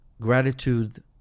Gratitude